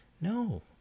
no